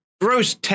gross